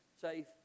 safe